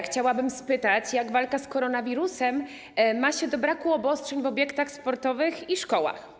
Chciałabym spytać, jak walka z koronawirusem ma się do braku obostrzeń w obiektach sportowych i szkołach.